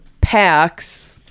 packs